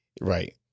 Right